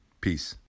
Peace